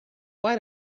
why